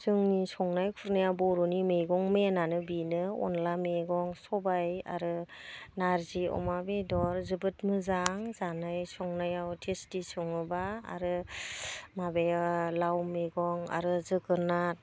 जोंनि संनाय खुरनाया बर'नि मैगं मेइनानो बेनो अनद्ला मैगं सबाइ आरो नारजि अमा बेदर जोबोद मोजां जानाय संनाया टेस्टि सङोब्ला आरो माबाया लाव मैगं आरो जोगोनाद